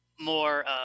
more